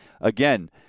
Again